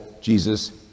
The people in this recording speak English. Jesus